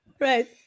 right